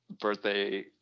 birthday